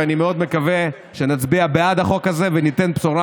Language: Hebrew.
ואני מאוד מקווה שנצביע בעד החוק הזה וניתן בשורה